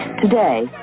Today